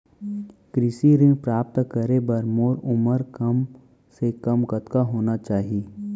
कृषि ऋण प्राप्त करे बर मोर उमर कम से कम कतका होना चाहि?